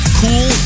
cool